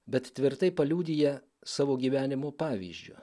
bet tvirtai paliudija savo gyvenimo pavyzdžiu